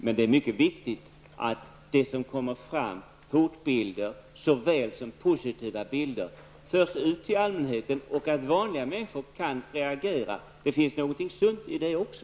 Det är dock mycket viktigt att det som kommer fram, såväl hotbilder som positiva bilder, förs ut till allmänheten. Även vanliga människor kan reagera, och det finns någonting sunt i det också.